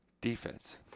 Defense